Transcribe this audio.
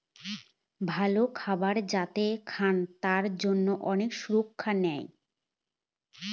ভালো খাবার যাতে খায় তার জন্যে অনেক সুরক্ষা নেয়